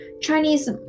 Chinese